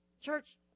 Church